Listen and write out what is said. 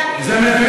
זה לא מותנה.